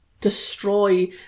destroy